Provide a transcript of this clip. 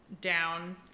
down